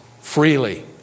freely